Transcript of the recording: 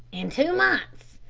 in two months?